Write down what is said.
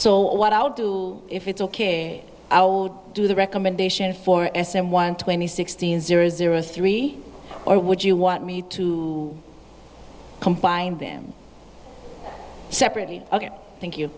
so what i'll do if it's a kid i'll do the recommendation for s and one twenty sixteen zero zero three or would you want me to combine them separately ok thank you